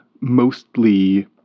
mostly